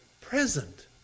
present